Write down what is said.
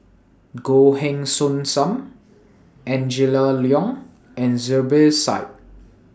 Goh Heng Soon SAM Angela Liong and Zubir Said